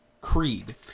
Creed